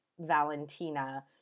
Valentina